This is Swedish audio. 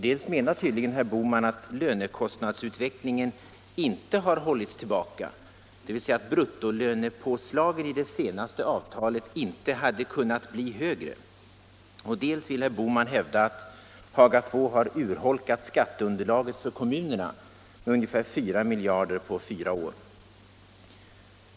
Dels menar tydligen herr Bohman att lönekostnadsutvecklingen inte har hållits tillbaka, dvs. att bruttolönepåslagen i det senaste avtalet inte hade kunnat bli högre, dels vill herr Bohman hävda att Haga II har urholkat skatteunderlaget för kommunerna med ungefär 4 miljarder på fyra år.